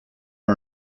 are